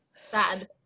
Sad